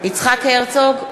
נגד יצחק וקנין,